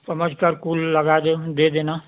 समझकर फूल लगा दें दे देना